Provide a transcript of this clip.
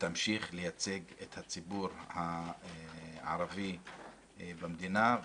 ותמשיך לייצג את הציבור הערבי במדינה.